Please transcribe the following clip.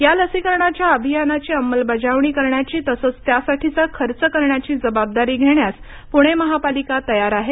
या लसीकरणाच्या अभियानाची अंमलबजावणी करण्याची तसेच त्यासाठीचा खर्च करण्याची जबाबदारी घेण्यास पुणे महापालिका तयार आहे